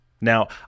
Now